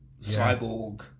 cyborg